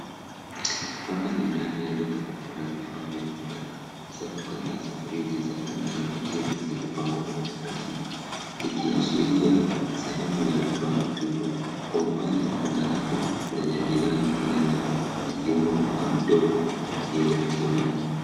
Hapa ni ndani ya duka kubwa la vifaa vya dukani, safu kadhaa za friji za rangi ya kijivu zimepangwa kwa utaratibu zikiashiria sehemu ya vifaa vikubwa. Kwa umbali kuna rafu zenye bidhaa nyingine nyingi, zikiwemo vifaa vidogo vya kielektroniki.